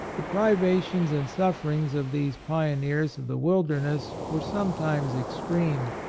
the privations and sufferings of these pioneers of the wilderness were sometimes extreme.